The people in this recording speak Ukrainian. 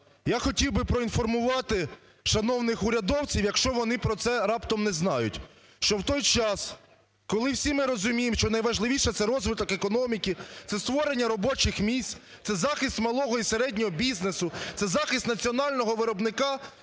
Я хотів би проінформувати шановних урядовців, якщо вони про це раптом не знають, що в той час, коли всі ми розуміємо, що найважливіше – це розвиток економіки, це створення робочих місць, це захист малого і середнього бізнесу, це захист національного виробника,